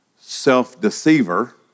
self-deceiver